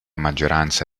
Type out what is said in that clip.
maggioranza